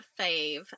fave